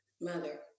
Mother